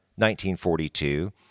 1942